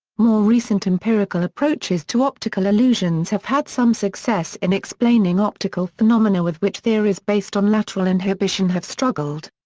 more recent empirical approaches to optical illusions have had some success in explaining optical phenomena with which theories based on lateral inhibition have struggled.